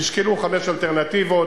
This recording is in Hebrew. נשקלו חמש אלטרנטיבות,